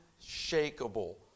unshakable